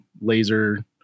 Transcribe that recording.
laser